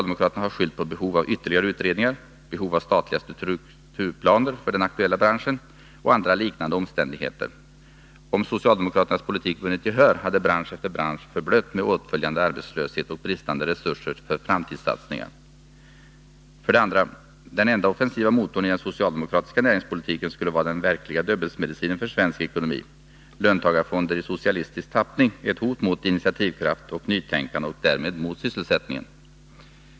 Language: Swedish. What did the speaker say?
De har skyllt på behov av ytterligare utredningar, av statliga strukturplaner för den aktuella branschen och andra liknande omständigheter. Om socialdemokraternas politik vunnit gehör, hade bransch efter bransch förblött med åtföljande arbetslöshet och bristande resurser för framtidssatsningar. För det andra: Den enda offensiva motorn i den socialdemokratiska näringspolitiken skulle vara den verkliga Döbelnsmedicinen för svensk ekonomi. Löntagarfonder i socialistisk tappning är ett hot mot initiativkraft och nytänkande och därmed mot sysselsättningen.